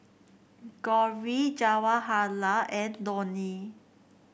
Gauri Jawaharlal and Dhoni